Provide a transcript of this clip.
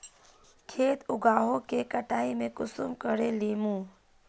खेत उगोहो के कटाई में कुंसम करे लेमु?